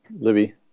Libby